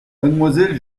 mademoiselle